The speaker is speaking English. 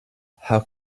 how